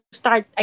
start